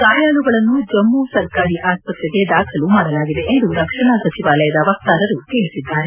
ಗಾಯಾಳುಗಳನ್ನು ಜಮ್ನು ಸರ್ಕಾರಿ ಆಸ್ಪತ್ರೆಗೆ ದಾಖಲು ಮಾಡಲಾಗಿದೆ ಎಂದು ರಕ್ಷಣಾ ಸಚಿವಾಲಯದ ವಕ್ತಾರರು ತಿಳಿಸಿದ್ದಾರೆ